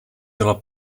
byla